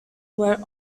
were